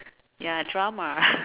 ya drama